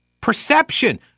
Perception